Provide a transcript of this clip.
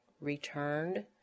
returned